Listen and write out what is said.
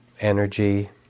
energy